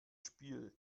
spiel